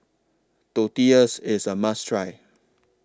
Tortillas IS A must Try